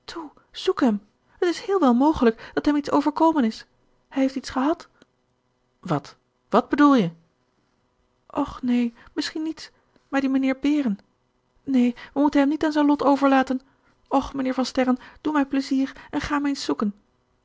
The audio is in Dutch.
het is heel wel mogelijk dat hem iets overkomen is hij heeft iets gehad wat wat bedoel je och neen misschien niets maar die mijnheer behren neen wij moeten hem niet aan zijn lot overlaten och mijnheer van sterren doe mij pleizier en ga hem eens zoeken